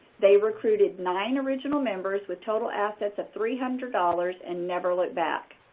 they recruited nine original members with total assets of three hundred dollars and never looked back.